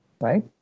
right